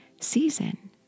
season